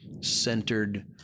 centered